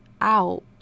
out